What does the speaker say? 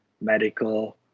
medical